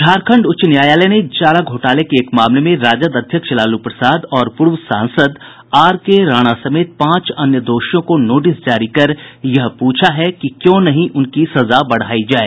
झारखंड उच्च न्यायालय ने चारा घोटाले के एक मामले में राजद अध्यक्ष लालू प्रसाद और पूर्व सांसद आर के राणा समेत पांच अन्य दोषियों को नोटिस जारी कर यह प्रछा है कि क्यों नहीं उनकी सजा बढ़ायी जाए